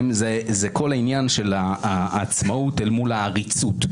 זה כל העניין של העצמאות אל מול העריצות.